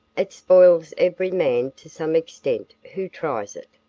it spoils every man to some extent who tries it.